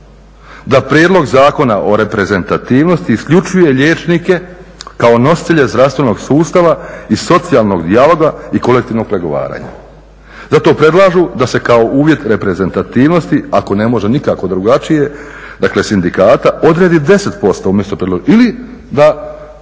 da prijedlog Zakona o reprezentativnosti isključuje liječnike kao nositelje zdravstvenog sustava iz socijalnog dijaloga i kolektivnog pregovaranja. Zato predlažu da se kao uvjet reprezentativnosti ako ne može nikako drugačije dakle sindikata odredi 10% umjesto predloženog